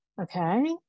Okay